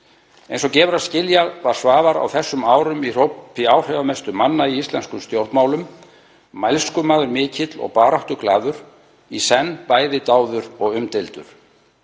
Eins og gefur að skilja var Svavar á þessum árum í hópi áhrifamestu manna í íslenskum stjórnmálum, mælskumaður mikill og baráttuglaður, í senn bæði dáður og umdeildur.